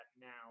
now